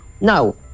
Now